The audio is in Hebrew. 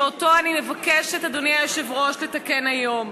שאותו אני מבקשת, אדוני היושב-ראש, לתקן היום.